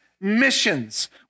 missions